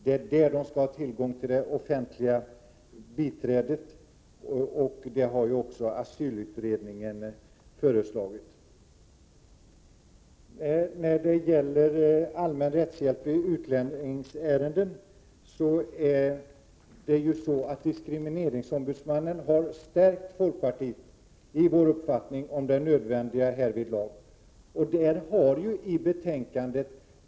Det är där de skall ha tillgång till det offentliga biträdet, som också asylutredningen har föreslagit. När det gäller allmän rättshjälp i utlänningsärenden har diskrimineringsombudsmannen stärkt folkpartiet i vår uppfattning om det nödvändiga i en förbättring av den allmänna rättshjälpen.